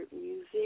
music